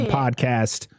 podcast